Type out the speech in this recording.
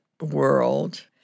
world